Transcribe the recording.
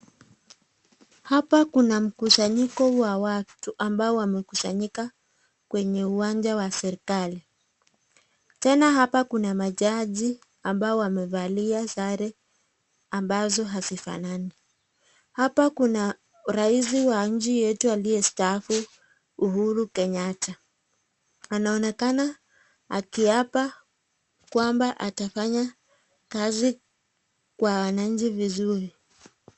Hapa kuna mkusanyiko wa watu ambao wamekusanyika kwenye uwanja wa serikali , tena hapa kuna majaji ambao wamevalia sare ambazo hazifanani ,hapa kuna rais wa nchi yetu aliyestaafu , Uhuru Kenyatta , anaonekana akiapa kwamba atafanya kazi kwa wananchi vizuri.